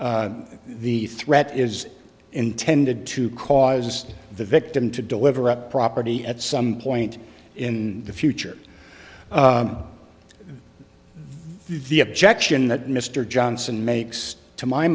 the threat is intended to cause the victim to deliver up property at some point in the future the objection that mr johnson makes to my